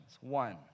One